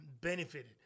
benefited